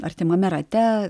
artimame rate